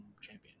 champion